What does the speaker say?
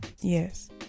yes